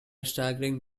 staggering